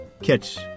Catch